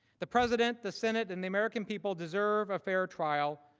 the president, the senate and the american people deserve a fair trial,